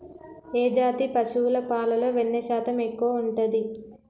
ఏ జాతి పశువుల పాలలో వెన్నె శాతం ఎక్కువ ఉంటది?